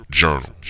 journal